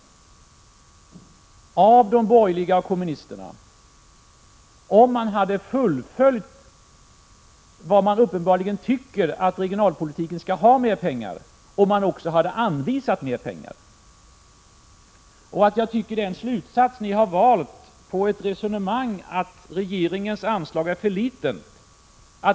1986/87:128 borgerliga och kommunisterna, när man uppenbarligen tycker att regional 21 maj 1987 politiken skall ha mer pengar, om man också hade anvisat mer pengar. Jag tycker att det är en horribel slutsats ni har dragit av ert resonemang att regeringens anslag är för litet.